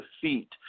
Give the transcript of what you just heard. defeat